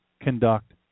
conduct